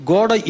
God